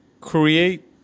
create